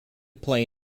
play